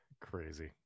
Crazy